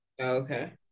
okay